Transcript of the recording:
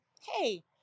Hey